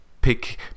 Pick